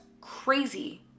crazy